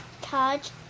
touch